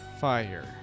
fire